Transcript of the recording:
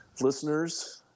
listeners